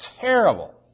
terrible